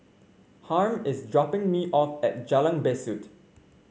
Harm is dropping me off at Jalan Besut